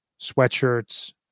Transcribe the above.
sweatshirts